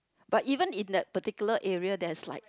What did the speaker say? but even in the particular area there is like